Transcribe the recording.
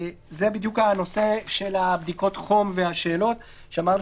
זה בדיוק הנושא של בדיקות חום והשאלות שאמרנו